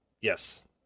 yes